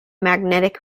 magnetic